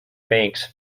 banks